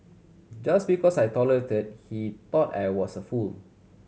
just because I tolerated he thought I was a fool